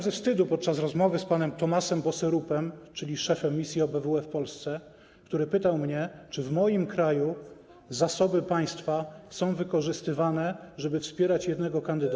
ze wstydu podczas rozmowy z panem Thomasem Boserupem, czyli szefem misji OBWE w Polsce, który pytał mnie, czy w moim kraju zasoby państwa są wykorzystywane, żeby wspierać jednego kandydata.